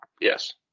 Yes